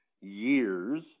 years